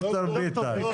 מזכיר,